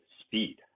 speed